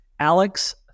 Alex